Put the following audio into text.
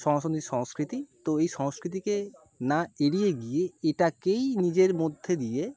সনাতনী সংস্কৃতি তো এই সংস্কৃতিকে না এড়িয়ে গিয়ে এটাকেই নিজের মধ্যে দিয়ে